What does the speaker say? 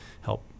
help